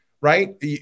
right